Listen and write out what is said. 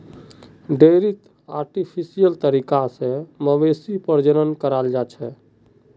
डेयरीत आर्टिफिशियल तरीका स मवेशी प्रजनन कराल जाछेक